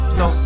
no